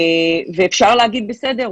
ואפשר להגיד: בסדר,